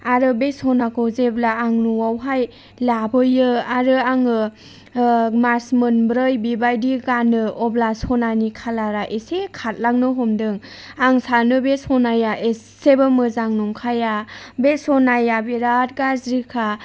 आरो बे सनाखौ जेब्ला आं न'आवहाय लाबोयो आरो आङो मास मोनब्रै बेबायदि गानो अब्ला सनानि कलारा एसे खारलांनो हमदों आं सानो बे सनाया एसेबो मोजां नंखाया बे सनाया बेराद गाज्रिखा